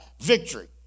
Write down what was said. Victory